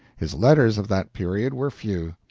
his letters of that period were few.